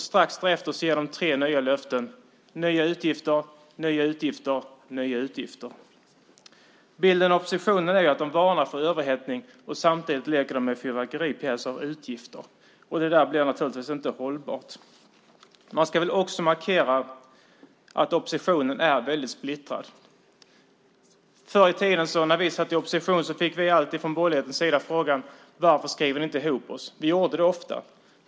Strax därefter ger de tre nya löften - nya utgifter, nya utgifter och nya utgifter. Bilden av oppositionen är att de varnar för överhettning och samtidigt leker med fyrverkeripjäser och utgifter. Det blir naturligtvis inte hållbart. Man ska väl också markera att oppositionen är splittrad. När vi satt i opposition fick vi på borgerlighetens sida alltid frågan varför vi inte skrev ihop oss. Det gjorde vi ofta.